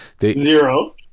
Zero